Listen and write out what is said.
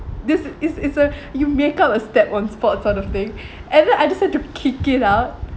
this is it's it's a you make up a step on spot sort of thing and then I just had to kick it out